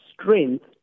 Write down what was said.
strength